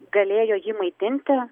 galėjo jį maitinti